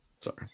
Sorry